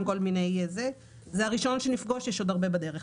זה התיקון הראשון שנפגוש, ויש עוד הרבה בדרך.